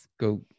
go